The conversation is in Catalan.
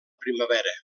primavera